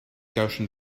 gaussian